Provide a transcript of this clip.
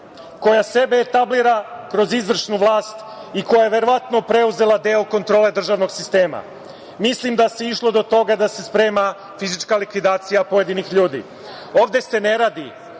koja sebe establira kroz izvršnu vlast i koja je verovatno preuzela deo kontrole državnog sistema: „Mislim da se išlo do toga da se sprema fizička likvidacija pojedinih ljudi. Ovde se ne radi